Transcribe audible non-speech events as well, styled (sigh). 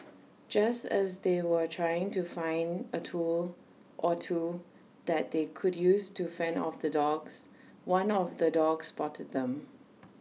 (noise) just as they were trying to find A tool or two that they could use to fend off the dogs one of the dogs spotted them